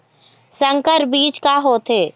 संकर बीज का होथे?